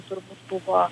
turbūt buvo